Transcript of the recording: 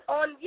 on